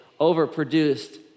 overproduced